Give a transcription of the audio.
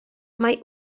mae